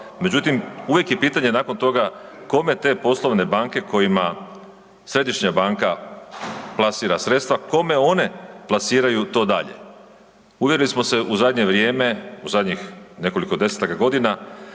međutim uvijek je pitanje nakon toga kome te poslovne banke kojima središnja banka plasira sredstva kome one plasiraju to dalje? Uvjerili smo se u zadnje vrijeme, u zadnjih nekoliko desetaka godina